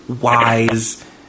wise